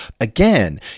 Again